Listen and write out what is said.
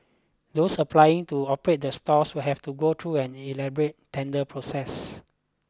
those applying to operate the stalls will have to go through an elaborate tender process